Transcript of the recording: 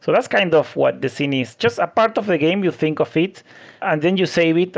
so that's kind of what the scene is. just a part of the game you think of it and then you save it.